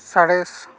ᱥᱟᱬᱮᱥ